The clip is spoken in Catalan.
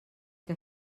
que